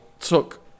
took